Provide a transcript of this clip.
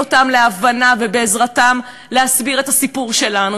ויכולים להביא אותם להבנה ובעזרתם להסביר את הסיפור שלנו,